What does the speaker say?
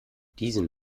diesem